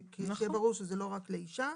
שיהיה ברור שזה לא רק לאישה.